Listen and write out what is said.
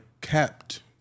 kept